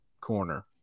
corner